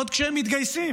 עוד כשהם מתגייסים.